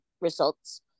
results